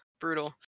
brutal